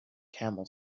camel